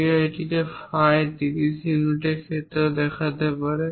কেউ এটিকে phi 30 ইউনিটের ক্ষেত্রেও দেখাতে পারে